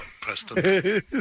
Preston